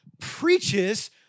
preaches